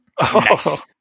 Nice